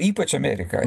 ypač amerika